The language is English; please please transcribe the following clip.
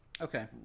Okay